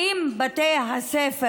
האם בתי הספר